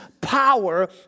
power